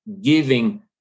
giving